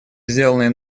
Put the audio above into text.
сделанные